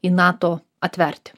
į nato atverti